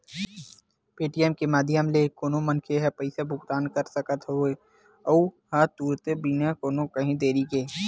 Paytm के माधियम ले कोनो मनखे ह पइसा भुगतान कर सकत हेए अहूँ ह तुरते बिना कोनो काइही देर के